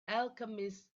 alchemist